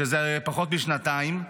שזה היה פחות משנתיים,